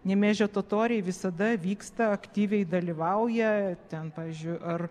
nemėžio totoriai visada vyksta aktyviai dalyvauja ten pavyzdžiui ar